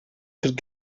could